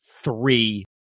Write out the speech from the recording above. three